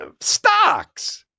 stocks